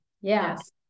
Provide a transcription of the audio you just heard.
yes